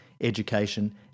education